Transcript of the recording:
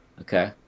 Okay